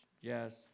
yes